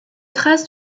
traces